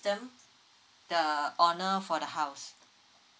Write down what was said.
the honor for the house